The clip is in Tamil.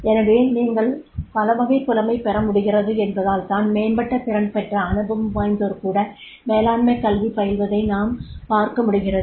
எனவே நீங்கள் பலவகைப் புலமை பெற முடிகிறது என்பதால் தான் மேம்பட்ட திறன்பெற்ற அனுபவம்வாய்ந்தோர் கூட மேலாண்மைக் கல்வி பயில்வதை நாம் பார்க்க முடிகிறது